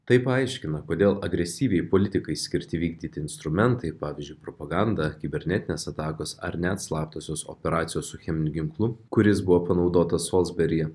tai paaiškina kodėl agresyviai politikai skirti vykdyti instrumentai pavyzdžiui propaganda kibernetinės atakos ar net slaptosios operacijos su cheminiu ginklu kuris buvo panaudota solsberyje